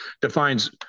defines